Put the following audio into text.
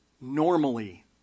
normally